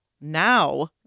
now